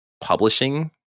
publishing